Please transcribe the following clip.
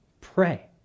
pray